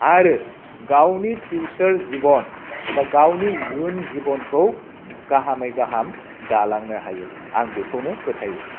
आरो गावनि फिउसार जिबन एबा गावनि इयुन जिबनखौ गाहामै गाहाम दालांनो हायो आं बेखौनो फोथायो